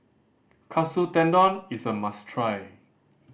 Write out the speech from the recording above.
Katsu Tendon is a must try